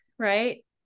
Right